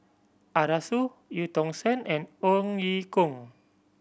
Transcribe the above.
Arasu Eu Tong Sen and Ong Ye Kung